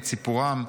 את סיפורם,